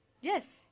Yes